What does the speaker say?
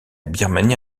birmanie